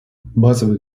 базовые